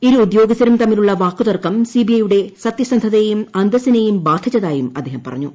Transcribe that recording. ഇരു ഉദ്യോഗസ്ഥരും തമ്മിലുള്ള വാക്കു തർക്കം സിബിഐ യുടെ സത്യസന്ധതയേയും അന്തസ്സിനെയും ബാധിച്ചതായും അദ്ദേഹം പറഞ്ഞു